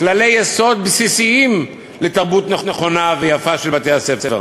כללי יסוד בסיסיים לתרבות נכונה ויפה של בתי-הספר.